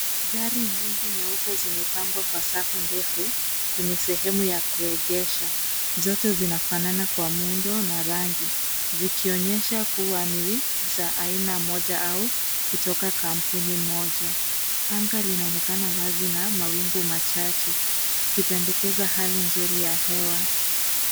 Gari nyingi nyeupe zimepangwa kwa safu ndefu kwenye sehemu ya kuegesha. Zote zinafanana kwa muundo na rangi. Zikionyesha kuwa ni za aina moja au kutoka kampuni moja. Anga linaonekana wazi na mawingu machache. Kipendekeza hali nzuri ya hewa.